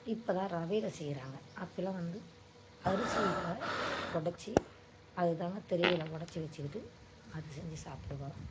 இப்போ தான் ரவையில் செய்கிறாங்க அப்போல்லாம் வந்து அரிசியில் உடச்சி அதாய் தாங்க திருவியில் உடச்சி வெச்சுக்கிட்டு அதை செஞ்சு சாப்பிடுவோம்